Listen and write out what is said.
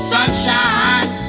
Sunshine